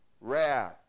Wrath